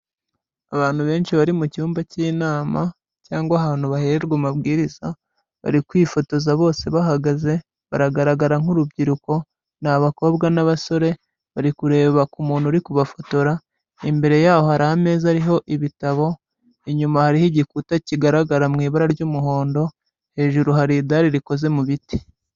Abantu benshi bari mu cyumba cy'inama cyangwa ahantu bahererwa amabwiriza, bari kwifotoza bose bahagaze baragaragara nk'urubyiruko, ni abakobwa n'abasore bari kureba ku muntu uri kubafotora, imbere yaho hari ameza ariho ibitabo, inyuma hariho igikuta kigaragara mu ibara ry'umuhondo, hejuru hari idari rikoze mu biti.